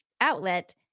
outlet